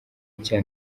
nshya